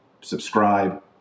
subscribe